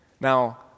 Now